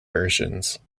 versions